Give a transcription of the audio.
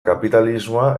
kapitalismoa